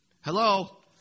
Hello